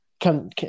come